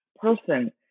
person